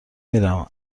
میرم